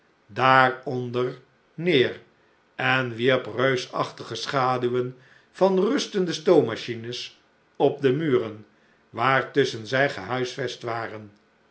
neer en wierp reusachtige schaduwen van rustende stoommachines op de muren waartusschen zij gehuisvest waren